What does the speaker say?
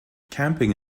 camping